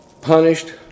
punished